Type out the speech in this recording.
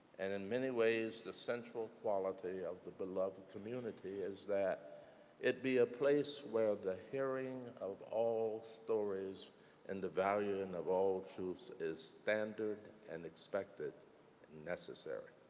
and, in many ways, the central quality of the beloved community is that it be a place where the hearing of all stories and the valuing of all truth is standard and expected and necessary.